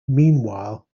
meanwhile